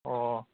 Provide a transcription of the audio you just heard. ꯑꯣ